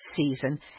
season